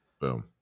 Boom